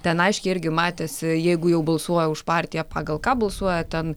ten aiškiai irgi matėsi jeigu jau balsuoja už partiją pagal ką balsuoja ten